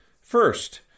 First